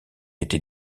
été